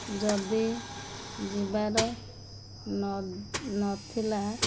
ଯଦି ଯିବାର ନ ନଥିଲା